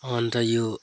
अन्त यो